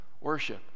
worship